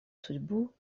судьбу